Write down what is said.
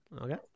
Okay